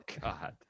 God